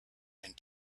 and